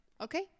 okay